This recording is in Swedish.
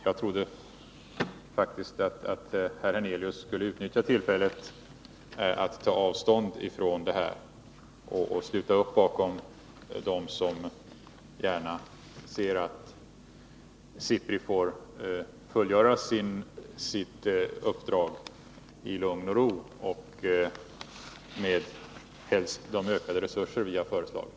Jag trodde faktiskt att herr Hernelius skulle utnyttja detta tillfälle tillatt ta avstånd från dessa uppgifter och sluta upp bakom dem som gärna ser att SIPRI får fullgöra sitt uppdrag i lugn och ro, och helst med de resursökningar som vi har föreslagit.